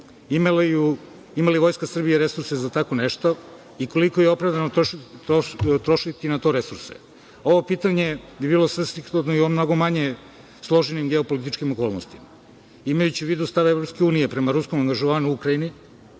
Ima li Vojska Srbije resurse za tako nešto i koliko je opravdano trošiti na to resurse? Ovo pitanje bi bilo svrsishodno i mnogo manje složenim geopolitičkim okolnostima. Imajući u vidu stav EU prema ruskom angažovanju u Ukrajini